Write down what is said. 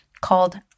called